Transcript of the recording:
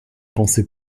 pensait